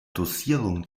dosierung